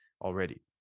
already